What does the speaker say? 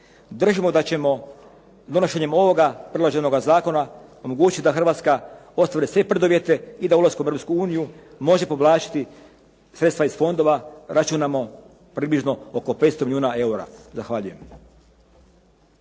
Držimo da ćemo donošenjem ovoga predloženoga zakona omogućiti da Hrvatska ostvari sve preduvjete i da ulaskom u Europsku uniju može povlačiti sredstva iz fondova, računamo približno oko 500 milijuna eura. Zahvaljujem.